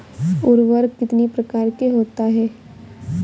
उर्वरक कितनी प्रकार के होता हैं?